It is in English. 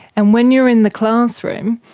and when you're in the classroom,